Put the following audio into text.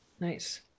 Nice